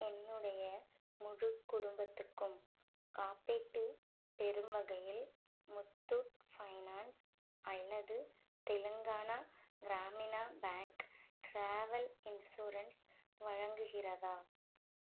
என்னுடைய முழு குடும்பத்துக்கும் காப்பீட்டு பெறும் வகையில் முத்தூட் ஃபைனான்ஸ் அல்லது Telangana Grameena bank travel insurance வழங்குகிறதா